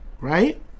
right